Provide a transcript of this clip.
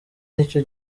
nicyo